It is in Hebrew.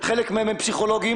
חלק מהם הם פסיכולוגיים,